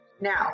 Now